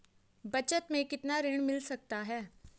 बचत मैं कितना ऋण मिल सकता है?